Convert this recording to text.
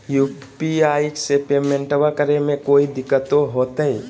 UPI से पेमेंटबा करे मे कोइ दिकतो होते?